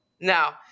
Now